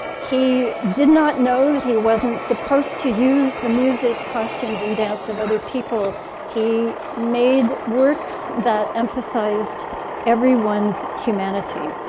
he did not know that he wasn't supposed to use the music costumes and dance of other people he made works that emphasized everyone's humanity.